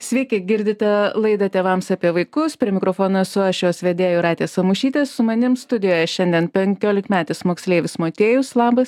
sveiki girdite laidą tėvams apie vaikus prie mikrofono esu aš jos vedėja jūratė samušytė su manimi studijoje šiandien penkiolikmetis moksleivis motiejus labas